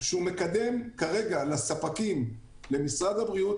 שהוא מקדם למשרד הבריאות,